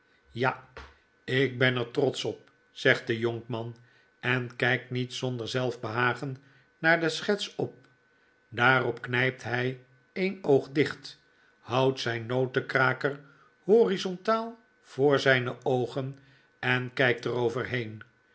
ja ik ben er trotsch op zegt de jonkman en kpt niet zonder zelfbehagen naar de schets op daarop knypt hy een oog dicht houdt zijn notenkraker horizontal voor zyne oogen en kpt